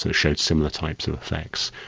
and showed similar types of effects.